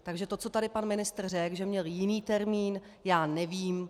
Takže to, co tady pan ministr řekl, že měl jiný termín, já nevím.